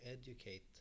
educate